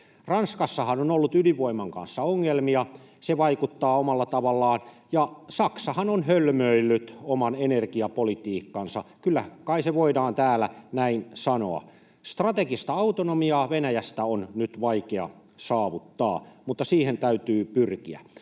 Ranskassahan on ollut ydinvoiman kanssa ongelmia, se vaikuttaa omalla tavallaan, ja Saksahan on hölmöillyt oman energiapolitiikkansa, kyllä kai se voidaan täällä näin sanoa. Strategista autonomiaa Venäjästä on nyt vaikea saavuttaa, mutta siihen täytyy pyrkiä.